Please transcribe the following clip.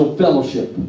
fellowship